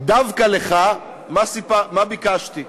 דווקא לך, מה ביקשתי: